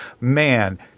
Man